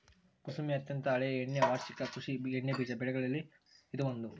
ಕುಸುಮೆ ಅತ್ಯಂತ ಹಳೆಯ ಎಣ್ಣೆ ವಾರ್ಷಿಕ ಕೃಷಿ ಎಣ್ಣೆಬೀಜ ಬೆಗಳಲ್ಲಿ ಇದು ಒಂದು